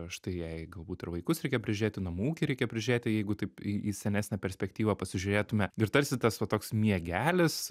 štai jai galbūt ir vaikus reikia prižiūrėti namų ūkį reikia prižiūrėti jeigu taip į į senesnę perspektyvą pasižiūrėtume ir tarsi tas va toks miegelis